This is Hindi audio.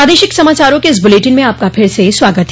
प्रादेशिक समाचारों के इस बुलेटिन में आपका फिर से स्वागत है